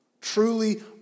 Truly